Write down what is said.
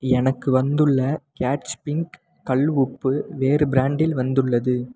எனக்கு வந்துள்ள Catch pink கல் உப்பு வேறு பிராண்டில் உள்ளது